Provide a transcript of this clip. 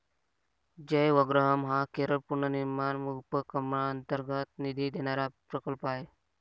जयवग्रहम हा केरळ पुनर्निर्माण उपक्रमांतर्गत निधी देणारा प्रकल्प आहे